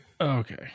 Okay